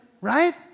right